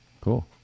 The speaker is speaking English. Cool